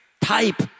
type